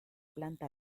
planta